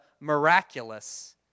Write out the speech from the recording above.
miraculous